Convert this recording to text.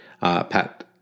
Pat